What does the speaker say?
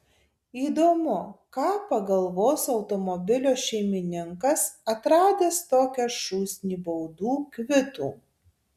įdomu ką pagalvos automobilio šeimininkas atradęs tokią šūsnį baudų kvitų